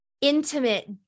intimate